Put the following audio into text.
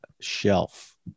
shelf